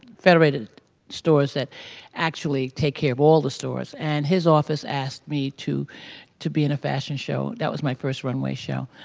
federated stores that actually take care of all the stores and his office asked me to to be in a fashion show. that was my first runway show.